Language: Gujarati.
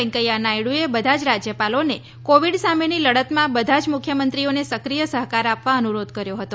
વૈકેંયા નાયડૂએ બધા જ રાજ્યપાલોને કોવિડ સામેની લડતમાં બધા જ મુખ્યમંત્રીઓને સક્રિય સહકાર આપવા અનુરોધ કર્યો હતો